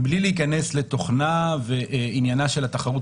מבלי להיכנס לתוכנה ועניינה של התחרות,